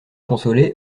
consoler